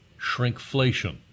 Shrinkflation